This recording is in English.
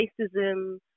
racism